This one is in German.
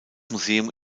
museum